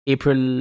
April